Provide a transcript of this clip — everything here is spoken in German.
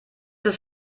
ist